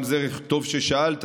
טוב ששאלת,